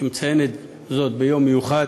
שמציינת זאת ביום מיוחד.